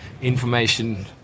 Information